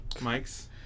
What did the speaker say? Mike's